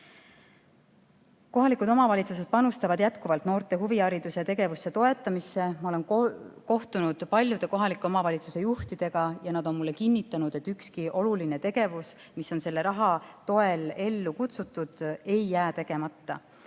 Kohalikud omavalitsused panustavad jätkuvalt noorte huvihariduse ja -tegevuse toetamisse. Ma olen kohtunud paljude kohalike omavalitsuste juhtidega ja nad on mulle kinnitanud, et ükski oluline tegevus, mis on selle raha toel ellu kutsutud, ei jää tegemata.